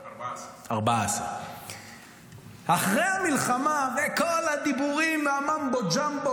14. 14. אחרי המלחמה וכל הדיבורים והממבו-ג'מבו